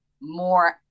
more